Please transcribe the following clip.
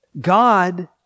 God